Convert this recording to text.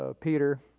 Peter